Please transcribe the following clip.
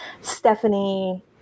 Stephanie